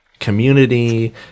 community